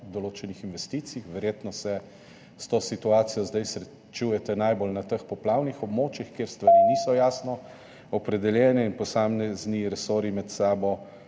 določenih investicij? Verjetno se s to situacijo zdaj srečujete najbolj na teh poplavnih območjih, kjer stvari niso jasno opredeljene in posamezni resorji med sabo